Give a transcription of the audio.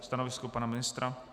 Stanovisko pana ministra?